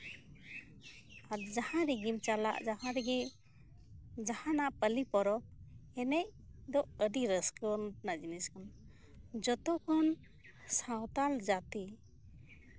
ᱟᱫᱚ ᱡᱟᱦᱟᱸ ᱨᱮᱜᱮᱢ ᱪᱟᱞᱟᱜ ᱡᱟᱦᱟᱱᱟᱜ ᱯᱟᱞᱤ ᱯᱚᱨᱚᱵ ᱮᱱᱮᱡ ᱫᱚ ᱟᱹᱰᱤ ᱨᱟᱹᱥᱠᱟᱹ ᱨᱮᱭᱟᱜ ᱡᱤᱱᱤᱥ ᱠᱟᱱᱟ ᱡᱚᱛᱚᱠᱷᱚᱱ ᱥᱟᱱᱛᱟᱲ ᱡᱟᱹᱛᱤ